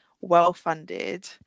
well-funded